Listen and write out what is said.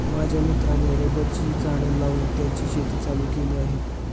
माझ्या मित्राने रबराची झाडं लावून त्याची शेती चालू केली आहे